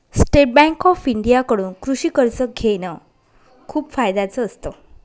state Bank of India कडून कृषि कर्ज घेण खूप फायद्याच असत